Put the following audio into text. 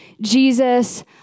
Jesus